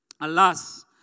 Alas